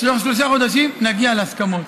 שבתוך שלושה חודשים נגיע להסכמות,